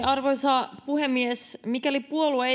arvoisa puhemies mikäli puolue